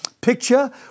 Picture